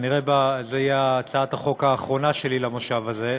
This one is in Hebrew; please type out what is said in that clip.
כנראה זו תהיה הצעת החוק האחרונה שלי לכנס הזה,